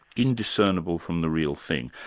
indiscernible from the real thing,